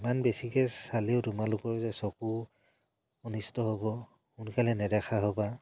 ইমান বেছিকৈ চালেও তোমালোকৰ যে চকু অনিষ্ট হ'ব সোনকালে নেদেখা হ'বা